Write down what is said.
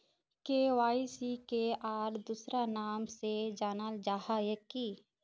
KYC के आर दोसरा नाम से जानले जाहा है की?